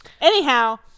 Anyhow